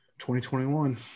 2021